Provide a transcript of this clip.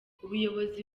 ubuyobozi